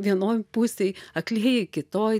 vienoj pusėj aklieji kitoj